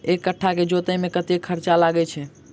एक कट्ठा केँ जोतय मे कतेक खर्चा लागै छै?